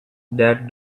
that